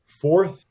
fourth